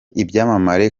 ibyamamare